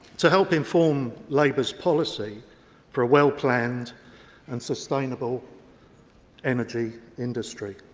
to help inform labour's policy for a well-planned and sustainable energy industry.